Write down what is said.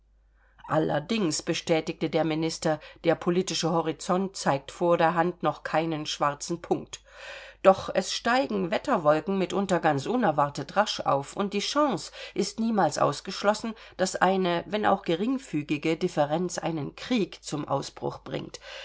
allerdings bestätigte der minister der politische horizont zeigt vor der hand noch keinen schwarzen punkt doch es steigen wetterwolken mitunter ganz unerwartet rasch auf und die chance ist niemals ausgeschlossen daß eine wenn auch geringfügige differenz einen krieg zum ausbruch bringt